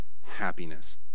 happiness